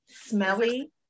Smelly